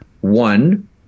One